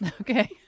Okay